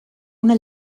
una